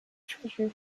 treasure